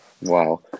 Wow